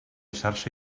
xarxa